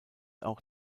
auch